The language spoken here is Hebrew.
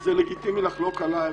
(חברת הכנסת מיכל רוזין יוצאת מאולם הוועדה) זה לגיטימי לחלוק עליי,